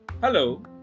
hello